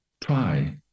try